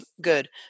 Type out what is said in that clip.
good